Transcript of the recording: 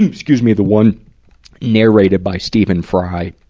excuse me, the one narrated by stephen fry.